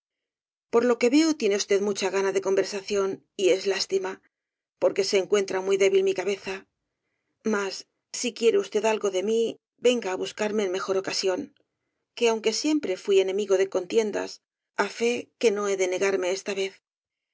por lo que veo tiene usted mucha gana de conversación y es lástima porque se encuentra muy débil mi cabeza mas si quiere usted algo de mí venga á buscarme en mejor ocasión que aunque siempre fui enemigo de contiendas á fe que no he de negarme esta vez